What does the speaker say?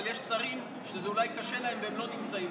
אבל יש שרים שזה אולי קשה להם והם לא נמצאים פה.